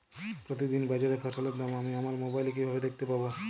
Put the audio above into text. প্রতিদিন বাজারে ফসলের দাম আমি আমার মোবাইলে কিভাবে দেখতে পাব?